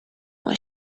was